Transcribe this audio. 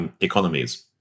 economies